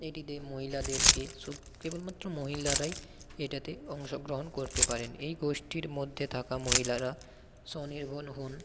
এটিতে মহিলাদেরকে সব কেবলমাত্র মহিলারাই এটাতে অংশগ্রহণ করতে পারেন এই গোষ্ঠীর মধ্যে থাকা মহিলারা স্বনির্ভর হন